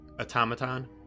automaton